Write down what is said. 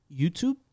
YouTube